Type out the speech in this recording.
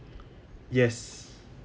yes